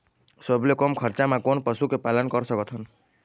सबले कम खरचा मा कोन पशु के पालन कर सकथन?